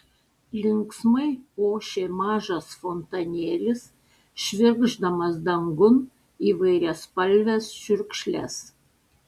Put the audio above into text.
linksmai ošė mažas fontanėlis švirkšdamas dangun įvairiaspalves čiurkšles